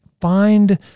Find